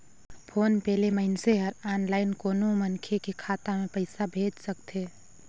phone पे ले मइनसे हर आनलाईन कोनो मनखे के खाता मे पइसा भेज सकथे